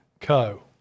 Co